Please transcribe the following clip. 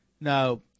Now